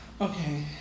Okay